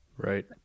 Right